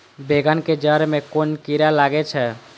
बेंगन के जेड़ में कुन कीरा लागे छै?